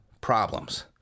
problems